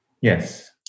Yes